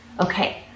Okay